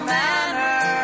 manner